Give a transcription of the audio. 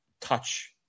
touch